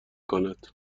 کند